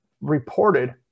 reported